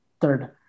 third